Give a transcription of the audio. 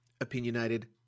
opinionated